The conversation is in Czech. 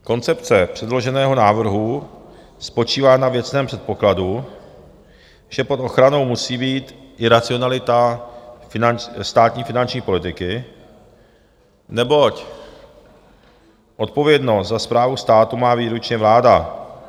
Koncepce předloženého návrhu spočívá na věcném předpokladu, že pod ochranou musí být i racionalita státní finanční politiky, neboť odpovědnost za správu státu má výlučně vláda.